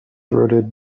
throated